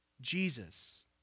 Jesus